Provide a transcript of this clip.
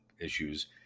issues